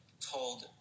told